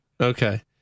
Okay